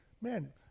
man